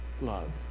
love